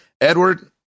Edward